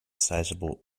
sizable